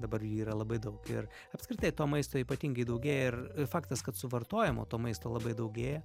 dabar yra labai daug ir apskritai to maisto ypatingai daugėja ir faktas kad suvartojamo to maisto labai daugėja